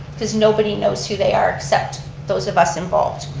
cause nobody knows who they are except those of us involved.